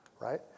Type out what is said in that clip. right